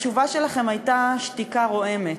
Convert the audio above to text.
התשובה שלכם הייתה שתיקה רועמת.